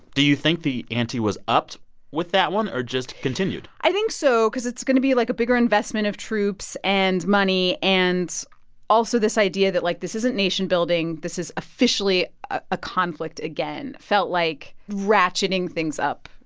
do you think the ante was upped with that one or just continued? i think so because it's going to be, like, a bigger investment of troops and money. and also, this idea that, like, this isn't nation building. this is officially a conflict again felt like ratcheting things up.